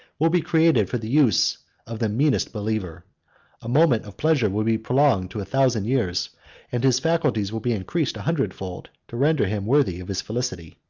will be created for the use of the meanest believer a moment of pleasure will be prolonged to a thousand years and his faculties will be increased a hundred fold, to render him worthy of his felicity.